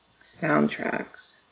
Soundtracks